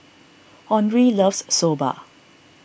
Henri loves Soba